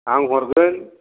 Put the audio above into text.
आं हरगोन